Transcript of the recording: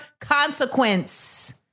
consequence